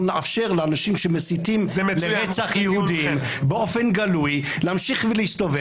לאפשר לאנשים שמסיתים לרצח יהודים באופן גלוי,